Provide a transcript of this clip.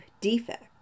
defect